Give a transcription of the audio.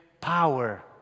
power